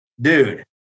dude